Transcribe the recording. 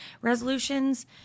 resolutions